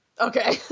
okay